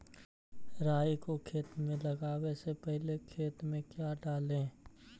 राई को खेत मे लगाबे से पहले कि खेत मे क्या डाले?